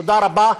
תודה רבה.